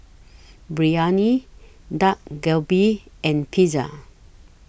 Biryani Dak Galbi and Pizza